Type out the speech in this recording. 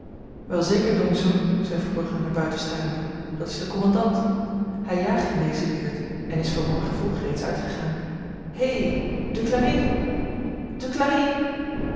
kommendaan welzeker dongso zei verbrugge naar buiten starende dat is de kommandant hy jaagt in deze buurt en is vanmorgen vroeg reeds uitgegaan hé duclari